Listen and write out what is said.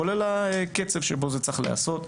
כולל הקצב בו זה צריך להיעשות.